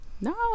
No